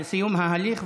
סיום ההליך,